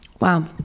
Wow